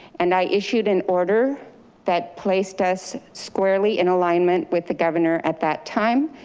and i issued an order that placed us squarely in alignment with the governor at that time.